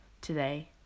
today